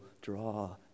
draw